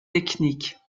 technique